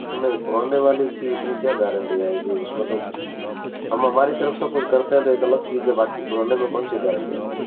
तो नहीं पुराने वाले की इसमें क्या गारन्टी आएगी उसमें तो मैम हमारी तरफ से कुछ करते है तो यह गलत चीज़ है बाकी पुराने में कौनसी गारन्टी आती है